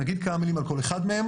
נגיד כמה מילים על כל אחד מהם